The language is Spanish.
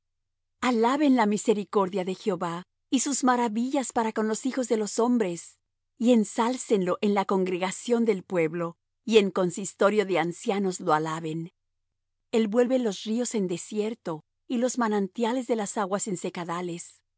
alaben la misericordia de jehová y sus maravillas para con los hijos de los hombres y ensálcenlo en la congregación del pueblo y en consistorio de ancianos lo alaben el vuelve los ríos en desierto y los manantiales de las aguas en secadales la